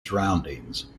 surroundings